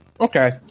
Okay